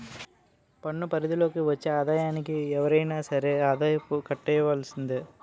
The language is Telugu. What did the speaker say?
పన్ను పరిధి లోకి వచ్చే ఆదాయానికి ఎవరైనా సరే ఆదాయపు కట్టవలసిందే